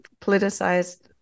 politicized